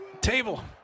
Table